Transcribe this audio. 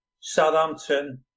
Southampton